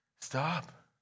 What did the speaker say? Stop